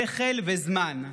שכל וזמן.